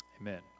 Amen